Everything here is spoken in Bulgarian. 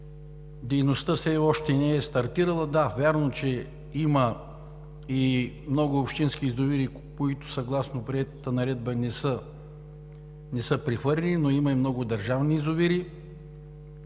Дейността все още не е стартирала. Да, вярно, че има и много общински язовири, които съгласно приетата Наредба не са прехвърлени, но има и много държавни язовири.